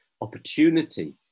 opportunity